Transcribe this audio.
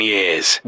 Years